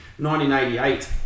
1988